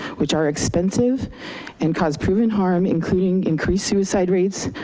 which are expensive and cause proven harm, including increased suicide rates,